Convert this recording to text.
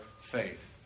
faith